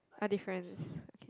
what difference